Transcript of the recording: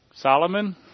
Solomon